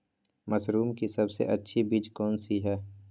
Mushroom की सबसे अच्छी बीज कौन सी है?